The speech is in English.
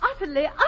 utterly